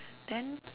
then